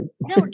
no